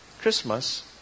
Christmas